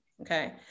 Okay